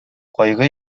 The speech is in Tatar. кайгы